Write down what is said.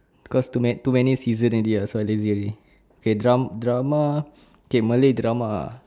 cause too many too many seasons already so I lazy already okay dra~ drama malay drama